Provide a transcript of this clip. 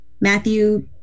Matthew